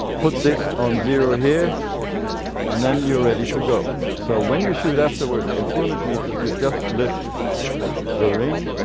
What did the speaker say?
put this on zero here and then you are ready to go. so when you shoot afterwards on two hundred metres you just lift the ring,